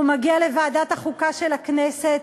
הוא מגיע לוועדת החוקה של הכנסת.